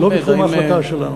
האם, אבל לא בתחום ההחלטה שלנו.